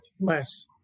less